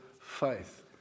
faith